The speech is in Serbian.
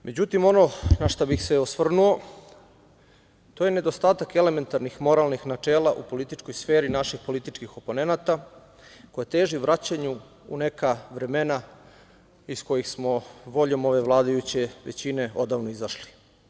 Međutim, ono na šta bih se osvrnuo, to je nedostatak elementarnih moralnih načela u političkoj sferi naših političkih oponenata, koja teži vraćanju u neka vremena iz kojih smo voljom ove vladajuće većine odavno izašli.